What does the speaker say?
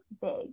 big